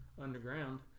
underground